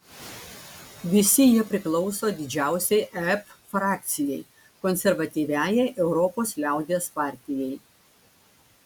visi jie priklauso didžiausiai ep frakcijai konservatyviajai europos liaudies partijai